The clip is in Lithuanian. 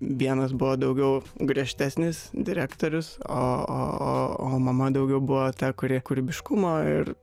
vienas buvo daugiau griežtesnis direktorius o o o o mama daugiau buvo ta kuri kūrybiškumo ir